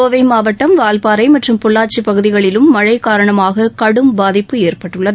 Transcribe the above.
கோவை மாவட்டம் வால்பாறை மற்றும் பொள்ளாச்சிப் பகுதிகளிலும் மழை காரணமாக கடும் பாதிப்பு ஏற்பட்டுள்ளது